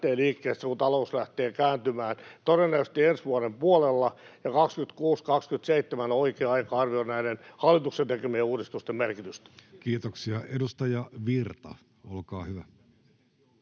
liikkeelle sitten, kun talous lähtee kääntymään, todennäköisesti ensi vuoden puolella, ja 26—27 on oikea aika arvioida näiden hallituksen tekemien uudistusten merkitystä. [Speech 411] Speaker: